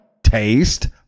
taste